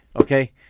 okay